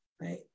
right